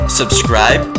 subscribe